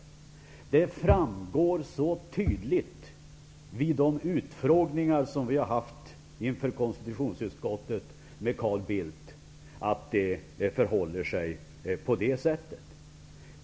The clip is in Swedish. Det framgick så tydligt vid de utfrågningar som vi hade med Carl Bildt inför konstitutionsutskottet att det förhöll sig på det sättet.